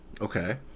Okay